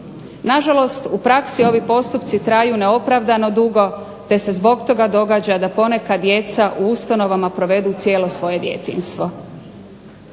Na žalost u praksi ovi postupci traju neopravdano dugo, te se zbog toga događa da poneka djeca u ustanovama provedu cijelo svoje djetinjstvo.